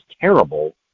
terrible